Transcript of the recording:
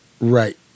Right